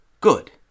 Good